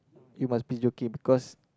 you must be joking because